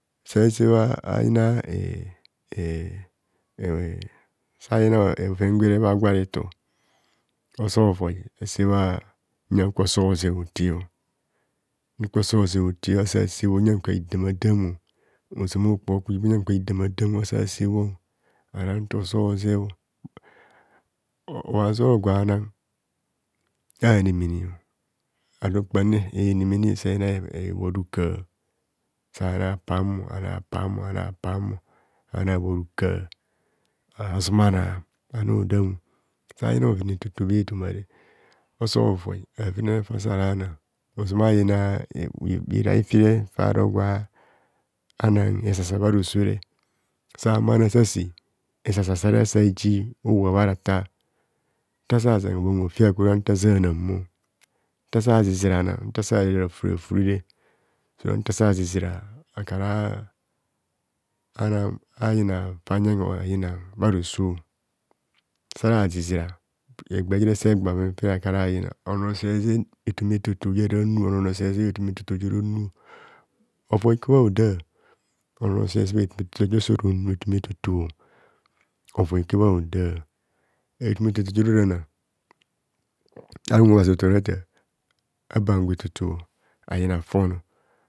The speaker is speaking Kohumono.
Se sebha ayina eh eh eh sayina bhoven gwere bhagwaretor oso voi ase bha nyon kwo so zeb ote nyon kwo so seb hoto ase sebho nyon kwa hidama dam ozama okpo okubho nyon kwa hi- dama dam asa sebho ana ntor sor sebho obhazi oro gwa na anemere aru kpamne henemene se na ebhora hikar sana араmo ane арaмо аnа ana pamo ana abhora ukar azumana ani odamo sayina mhoven etoto bha etoma osovoi a fenana faro ozoma ayina bhirai fire faro gwa nan esasa bharosore sahumo ani asase esasa sere asa ejia owa bharatar nta sa zen abhom hofi akwo ora ntaze anam bho ntasa zizra ana ntaze ara rafure rafure so ra ntasazizira akara a’ayiha fa yen oyina bharoso sara zizira egba jere se gba bhoven fe akara yina onono seze etoma etoto joro nu ovoi kwe bhahoda ono nor sezeb etoma etoto jore onu ovoi kwe bhaoda etoma etoto jere onu ovoi kwe bhaoda etoma etoto jere ora na ayina bho aratar aban gwa etoto ayina fon